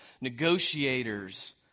negotiators